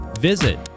visit